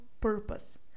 purpose